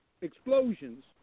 explosions